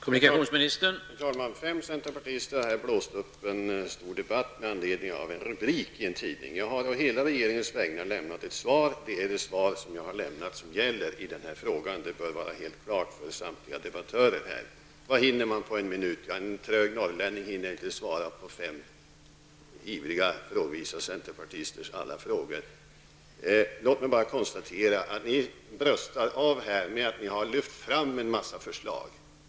Herr talman! Fem centerpartister har här blåst upp en stor debatt med anledning av en tidningsrubrik. Jag har å hela regeringens vägnar lämnat ett svar och det är detta som gäller i den här frågan. Det bör stå helt klart för samtliga debattörer. Vad hinner man med på en minut? Jo, en trög norrlänning hinner inte svara på fem ivriga och frågvisa centerpartisters alla frågor. Låt mig bara konstatera att ni bröstar av här och säger att ni har lyft fram en mängd förslag.